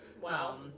Wow